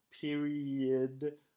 period